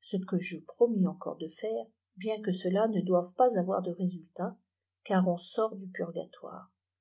ce que je promis encore de faire dien que cela ne doive pas avoir de résultat car on sort du purgatoire